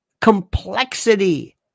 complexity